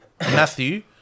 Matthew